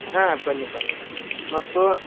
ಹಾಂ ಬನ್ನಿ ಬನ್ನಿ ಮತ್ತು